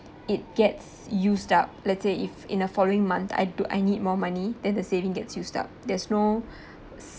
it gets used up let's say if in the following month I d~ I need more money than the saving gets used up there's no